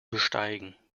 besteigen